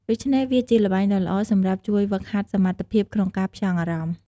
ដូច្នេះ វាជាល្បែងដ៏ល្អសម្រាប់ជួយហ្វឹកហាត់សមត្ថភាពក្នុងការផ្ចង់អារម្មណ៍។